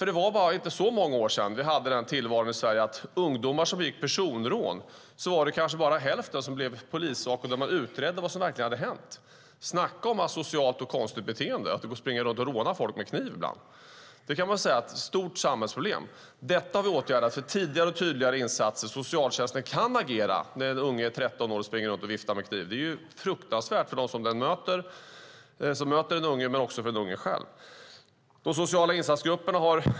Det var inte för så många år sedan vi hade en tillvaro i Sverige där det av de ungdomar som begick personrån bara var hälften som blev polissak och där man utredde vad som verkligen hade hänt. Snacka om asocialt och konstigt beteende - att springa runt och råna folk med kniv! Det kan man kalla för ett stort samhällsproblem. Detta har vi åtgärdat med tidigare och tydligare insatser. Socialtjänsten kan agera när en unge på 13 år springer runt och viftar med kniv. Det är fruktansvärt för dem som möter den unge men också för den unge själv. Det har refererats till de sociala insatsgrupperna här.